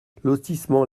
lotissement